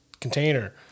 container